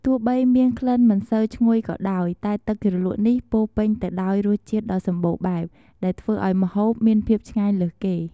ទោះបីមានក្លិនមិនសូវឈ្ងុយក៏ដោយ តែទឹកជ្រលក់នេះពោរពេញទៅដោយរសជាតិដ៏សម្បូរបែប ដែលធ្វើឲ្យម្ហូបមានភាពឆ្ងាញ់លើសគេ។